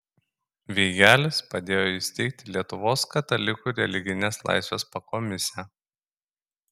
veigelis padėjo įsteigti lietuvos katalikų religinės laisvės pakomisę